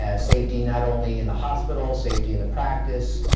ah safety not only in the hospital, safety in the practice,